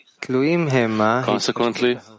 Consequently